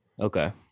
Okay